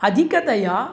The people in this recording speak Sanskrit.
अधिकतया